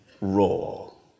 role